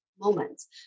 moments